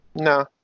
No